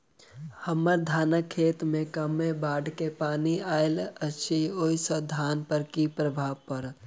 हम्मर धानक खेत मे कमे बाढ़ केँ पानि आइल अछि, ओय सँ धान पर की प्रभाव पड़तै?